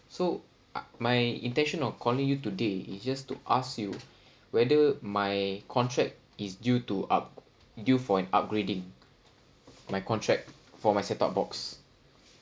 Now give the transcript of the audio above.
so my intention of calling you today is just to ask you whether my contract is due to up due for an upgrading my contract for my set up box